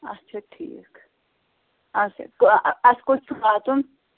اَچھا ٹھیٖک اَچھا اَسہِ کوٚت چھُ واتُن